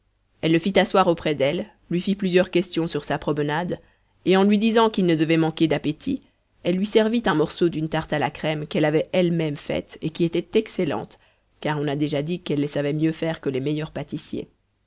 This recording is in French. elle le fit asseoir auprès d'elle lui fit plusieurs questions sur sa promenade et en lui disant qu'il ne devait manquer d'appétit elle lui servit un morceau d'une tarte à la crème qu'elle avait elle-même faite et qui était excellente car on a déjà dit qu'elle les savait mieux faire que les meilleurs pâtissiers